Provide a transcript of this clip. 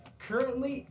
currently,